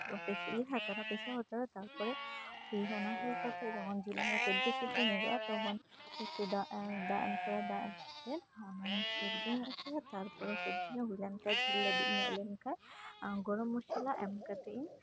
ᱯᱤᱥᱟᱣ ᱦᱟᱛᱟᱲᱚᱜ ᱛᱟᱨᱯᱚᱨᱮ ᱚᱱᱟ ᱦᱩᱭ ᱠᱟᱛᱮᱫ ᱡᱚᱠᱷᱚᱱ ᱥᱮᱫᱚ ᱥᱮᱫᱚ ᱧᱮᱞᱚᱜᱼᱟ ᱛᱚᱠᱷᱚᱱ ᱮᱠᱴᱩ ᱫᱟᱢ ᱮᱢ ᱦᱩᱭᱩᱜᱼᱟ ᱫᱟᱜ ᱮᱢᱠᱟᱛᱮᱫ ᱚᱱᱟᱧ ᱥᱮᱫᱚ ᱧᱚᱜ ᱩᱪᱩᱭᱟ ᱛᱟᱯᱚᱨᱮ ᱥᱮᱫᱚ ᱧᱚᱜ ᱦᱩᱭᱞᱮᱱᱠᱷᱟᱡ ᱞᱟᱹᱵᱤᱫᱧᱚᱜ ᱞᱮᱱᱠᱷᱟᱡ ᱜᱚᱨᱚᱢ ᱢᱚᱥᱞᱟ ᱮᱢᱠᱟᱛᱮᱫ ᱤᱧ